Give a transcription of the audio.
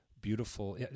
beautiful